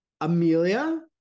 Amelia